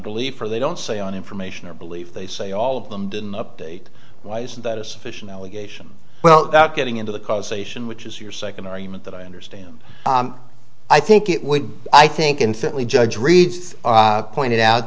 belief or they don't say on information or belief they say all of them didn't update why isn't that a sufficient allegation well that getting into the causation which is your second argument that i understand i think it would be i think instantly judge reads pointed out